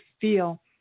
feel